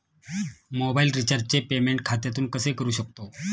Mobile रिचार्जचे payment खात्यातून कसे करू शकतो?